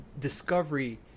Discovery